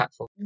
impactful